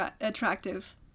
attractive